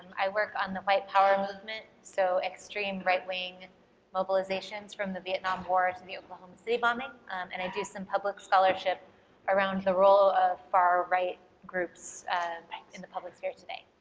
i work on the white power movement, so extreme, right-wing mobilizations from the vietnam war to the oklahoma city bombing and i do some public scholarship around the role of far-right groups in the public sphere today.